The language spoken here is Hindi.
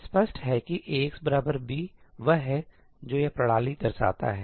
यह स्पष्ट है कि Axb वह है जो यह प्रणाली दरसाता है